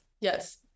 Yes